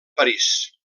parís